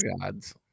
gods